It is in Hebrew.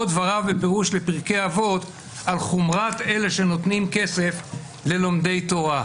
או דבריו בפירוש לפרקי אבות על חומרת אלה שנותנים כסף ללומדי תורה.